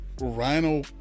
Rhino